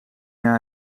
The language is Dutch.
naar